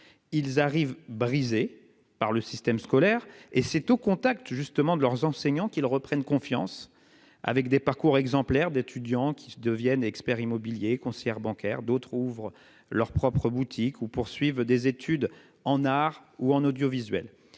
Ils arrivent brisés par le système scolaire. C'est au contact de leurs enseignants qu'ils reprennent confiance, avec des parcours exemplaires d'étudiants devenus expert immobilier, conseillère bancaire, d'autres ouvrant leur propre boutique ou poursuivant des études en art ou en audiovisuel.